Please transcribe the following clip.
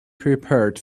prepared